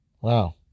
Wow